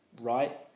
right